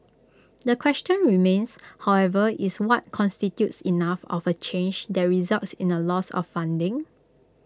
the question remains however is what constitutes enough of A change that results in A loss of funding